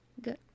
Good